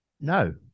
No